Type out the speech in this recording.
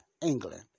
England